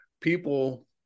people